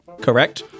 Correct